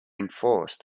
enforced